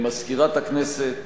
למזכירת הכנסת,